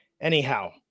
Anyhow